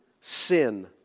sin